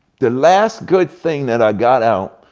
the last good thing that i got out,